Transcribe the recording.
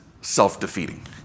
self-defeating